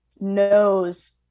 knows